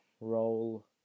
role